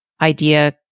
idea